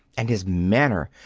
and his manner!